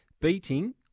beating